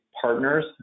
partners